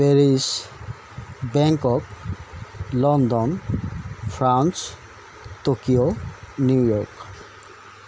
Paris Bangkok London France Tokyo New York